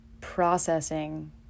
processing